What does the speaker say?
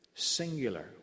singular